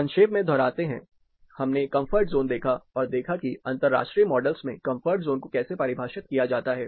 संक्षेप में दोहराते हैं हमने कम्फ़र्ट ज़ोन देखा और देखा कि अंतर्राष्ट्रीय मॉडल्स में कम्फर्ट ज़ोन को कैसे परिभाषित किया गया है